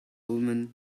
woman